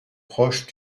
proche